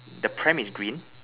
the pram is green